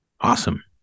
Awesome